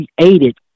created